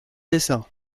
dessin